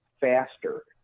faster